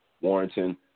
Warrington